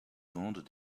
grandes